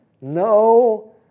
no